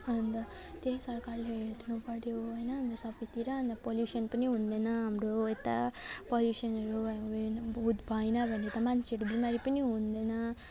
अन्त त्यही सरकारले हेरिदिनु पर्यो होइन त्यो सबैतिर अन्त पल्युसन पनि हुँदैन हाम्रो यता पल्युसनहरू भएन भने त मान्छेहरू बिमारी पनि हुँदैन